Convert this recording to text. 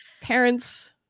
parents